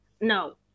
No